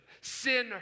Sin